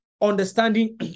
understanding